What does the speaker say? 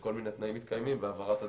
שכל מיני תנאים מתקיימים והעברת הדיווח.